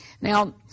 Now